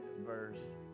verse